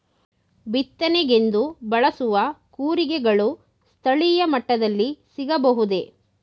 ಬಿತ್ತನೆಗೆಂದು ಬಳಸುವ ಕೂರಿಗೆಗಳು ಸ್ಥಳೀಯ ಮಟ್ಟದಲ್ಲಿ ಸಿಗಬಹುದೇ?